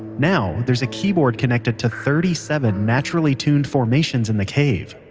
now, there is a keyboard connected to thirty seven naturally tuned formations in the cave.